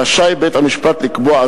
רשאי בית-המשפט לקבוע,